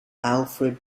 alfred